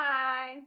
Hi